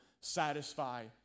satisfy